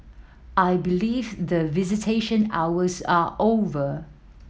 I believe the visitation hours are over